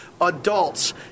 adults